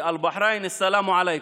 להלן תרגומם: בני עמנו בבחריין, שלום עליכם.